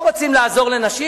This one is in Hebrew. לא רוצים לעזור לנשים?